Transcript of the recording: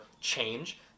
change